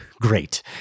great